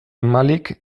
malik